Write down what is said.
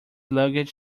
luggage